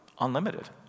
unlimited